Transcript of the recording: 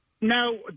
no